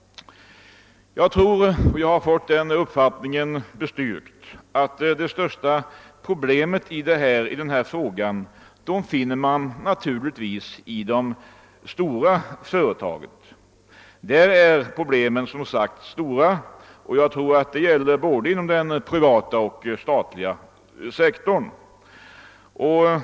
Jag tror — och jag har fått den uppfattningen bestyrkt — att de största problemen på detta område återfinns hos de stora företagen, både inom den privata och inom den statliga sektorn.